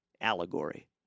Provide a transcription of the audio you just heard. allegory